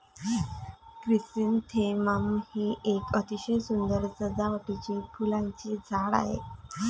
chrysanthemum हे एक अतिशय सुंदर सजावटीचे फुलांचे झाड आहे